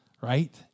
right